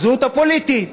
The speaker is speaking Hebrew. הזהות הפוליטית.